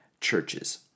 churches